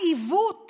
העיוות